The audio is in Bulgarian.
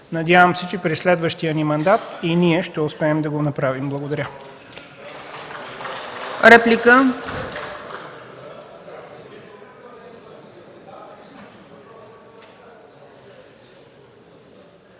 Надявам се, че през следващия ни мандат и ние ще успеем да го направим. Благодаря.